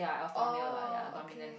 oh okay